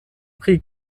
pri